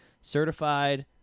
certified